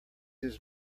his